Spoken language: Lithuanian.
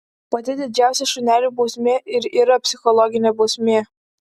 pati didžiausia šuneliui bausmė ir yra psichologinė bausmė